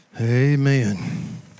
Amen